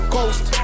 Ghost